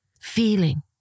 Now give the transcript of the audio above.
Feeling